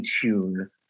tune